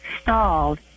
stalled